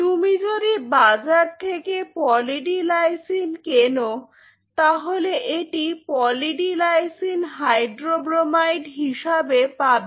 তুমি যদি বাজার থেকে পলি ডি লাইসিন কেনো তাহলে এটি পলি ডি লাইসিন হাইড্রোব্রোমাইড হিসাবে পাবে